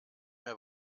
mehr